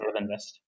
Invest